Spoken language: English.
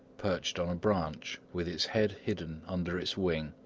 perched on a branch, with its head hidden under its wing.